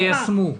יישמו.